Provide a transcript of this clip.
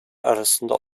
arasında